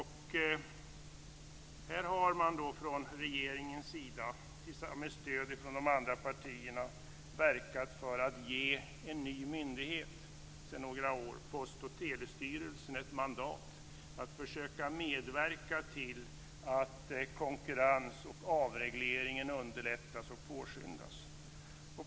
Här har man från regeringens sida med stöd från de andra partierna verkat för att ge en några år gammal myndighet - Post och telestyrelsen - ett mandat att försöka medverka till att konkurrensen och avregleringen underlättas och påskyndas.